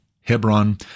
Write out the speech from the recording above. Hebron